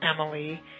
Emily